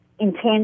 intent